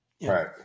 Right